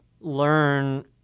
learn